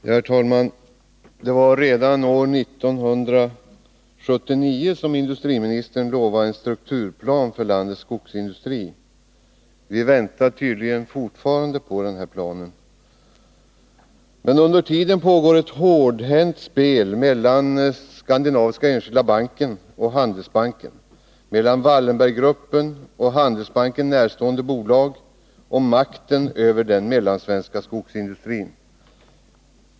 Herr talman! Redan år 1979 utlovade industriministern en strukturplan för landets skogsindustri. Vi väntar fortfarande på den planen. Under tiden pågår ett hårdhänt spel mellan Skandinaviska Enskilda Banken och Handelsbanken, mellan Wallenberggruppen och Handelsbanken närstående bolag, om makten över den mellansvenska skogsindustrin.